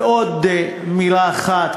ועוד מילה אחת,